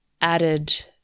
added